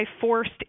forced